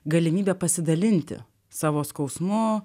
galimybė pasidalinti savo skausmu